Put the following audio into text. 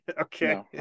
okay